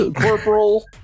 Corporal